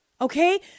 Okay